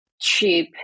Cheap